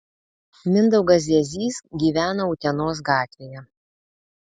mindaugas ziezys gyvena utenos gatvėje